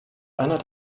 einer